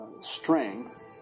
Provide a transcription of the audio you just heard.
strength